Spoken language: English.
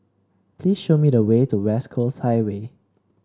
please show me the way to West Coast Highway